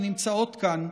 שנמצאות כאן,